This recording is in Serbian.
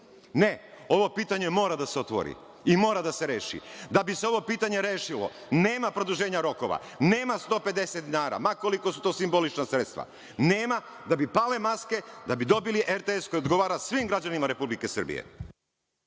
Ne! Ovo pitanje mora da se otvori i mora da se reši. Da bi se ovo pitanje rešilo, nema produženja rokova, nema 150 dinara, ma koliko su to simbolična sredstva, nema, da bi pale maske, da bi dobili RTS koji odgovara svim građanima Republike Srbije.